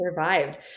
survived